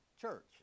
church